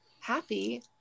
happy